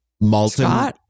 Malton